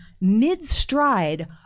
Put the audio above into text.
mid-stride